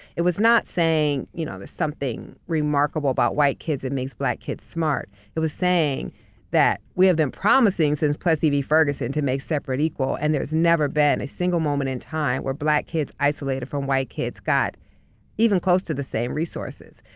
it was not saying you know there's something remarkable about white kids that makes black kids smart. it was saying that we have been promising since plessy v. ferguson to make separate equal and there's never been a single moment in time where black kids isolated from white kids got even close to the same resources.